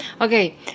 Okay